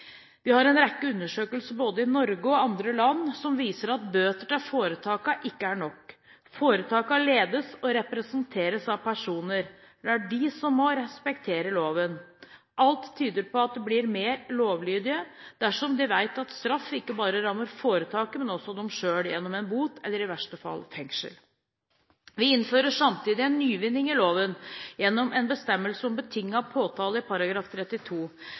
Vi har en rekke undersøkelser både fra Norge og andre land som viser at bøter til foretakene ikke er nok. Foretakene ledes og representeres av personer. Det er de som må respektere loven. Alt tyder på at de blir mer lovlydige dersom de vet at en straff ikke bare rammer foretaket, men også dem selv – gjennom en bot eller i verste fall fengsel. Vi innfører samtidig en nyvinning i loven gjennom en bestemmelse om betinget påtale i